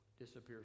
disappears